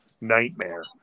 nightmare